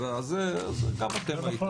אז גם אתם הייתם,